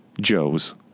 Joe's